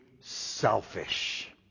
selfish